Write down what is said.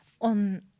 on